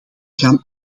gaan